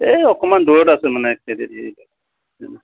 এই অকণমান দূৰত আছোঁ মানে